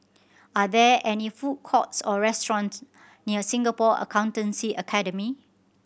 are there any food courts or restaurants near Singapore Accountancy Academy